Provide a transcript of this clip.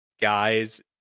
guys